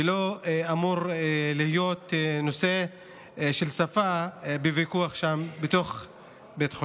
ולא אמור להיות ויכוח על עניין של שפה בבית החולים.